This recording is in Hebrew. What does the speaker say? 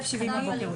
ב-1,070.